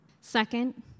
Second